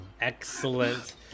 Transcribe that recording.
Excellent